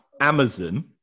Amazon